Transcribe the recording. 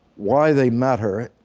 why they matter,